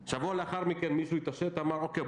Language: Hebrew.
שבוע לאחר מכן מישהו התעשת ואמר: אוקיי,